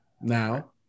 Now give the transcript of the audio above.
now